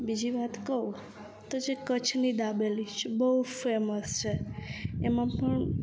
બીજી વાત કહું તો જે કચ્છની દાબેલી છે જે બહુ ફેમસ છે એમાં પણ